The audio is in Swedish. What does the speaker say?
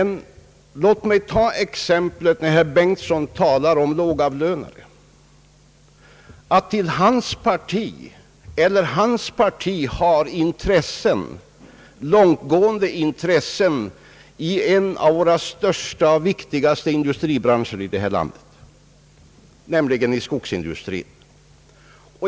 När herr Bengtson talar om lågavlönade vill jag nämna som exempel, att hans parti har långtgående intressen i en av våra största och viktigaste industribranscher här i landet, nämligen i skogsindustrin.